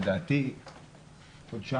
לדעתי לפני חודשיים,